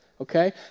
okay